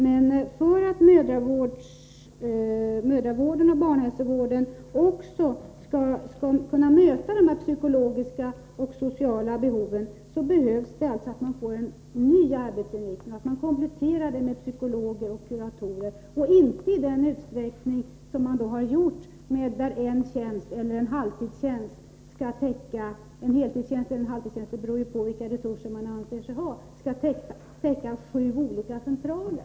Men för att mödravården och barnhälsovården skall kunna möta de psykologiska och sociala behoven fordras att man får en ny arbetsenhet, kompletterad med psykologer och kuratorer, och inte i den utsträckning som man har gjort räknar med att en tjänst eller en halvtidstjänst— det beror ju på vilka resurser man anser sig ha — skall täcka sju olika centraler.